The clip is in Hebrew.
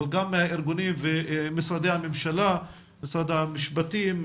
גם ארגונים ומשרדי הממשלה משרד המשפטים,